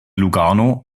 lugano